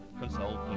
consult